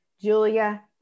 Julia